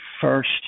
first